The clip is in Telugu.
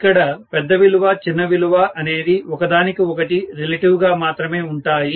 ఇక్కడ పెద్ద విలువ చిన్న విలువ అనేది ఒక దానికి ఒకటి రిలేటివ్ గా మాత్రమే ఉంటాయి